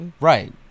Right